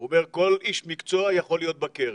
הוא אומר שכל איש מקצוע יכול להיות בקרן,